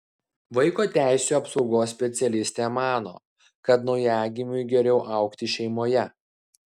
vaiko teisių apsaugos specialistė mano kad naujagimiui geriau augti šeimoje